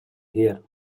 here